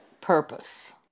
purpose